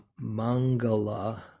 Mangala